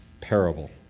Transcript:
parable